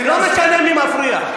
זה לא משנה מי מפריע.